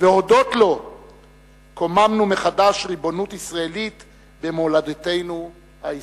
והודות לו קוממנו מחדש ריבונות ישראלית במולדתנו ההיסטורית.